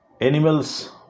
Animals